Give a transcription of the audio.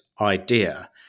idea